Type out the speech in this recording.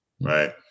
right